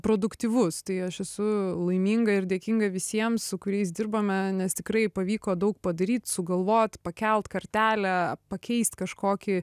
produktyvus tai aš esu laiminga ir dėkinga visiems su kuriais dirbame nes tikrai pavyko daug padaryt sugalvot pakelt kartelę pakeist kažkokį